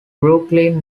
brooklyn